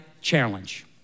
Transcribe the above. challenge